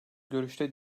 görüşte